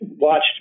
watched